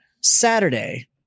Saturday